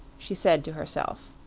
she said to herself.